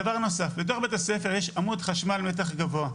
דבר נוסף, בתוך בית הספר יש עמוד חשמל מטח גבוה.